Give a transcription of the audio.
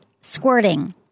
squirting